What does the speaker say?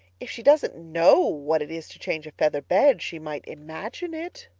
if she doesn't know what it is to change a feather bed she might imagine it.